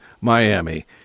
Miami